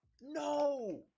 No